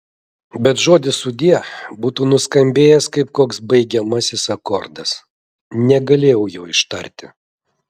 bet žodis sudie būtų nuskambėjęs kaip koks baigiamasis akordas negalėjau jo ištarti